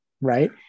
Right